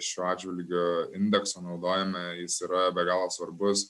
šiuo atžvilgiu indeksą naudojame jis yra be galo svarbus